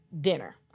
dinner